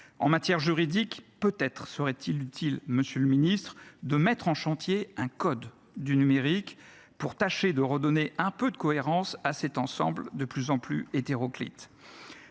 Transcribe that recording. En matière juridique, peut être serait il utile, monsieur le ministre, de mettre en chantier un code du numérique pour tenter de redonner un peu de cohérence à cet ensemble de plus en plus hétéroclite.